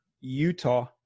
Utah